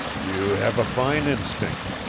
you have a fine instinct,